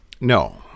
No